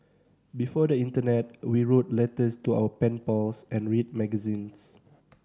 before the internet we wrote letters to our pen pals and read magazines